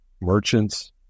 merchants